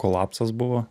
kolapsas buvo